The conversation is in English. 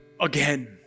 again